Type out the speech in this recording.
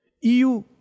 EU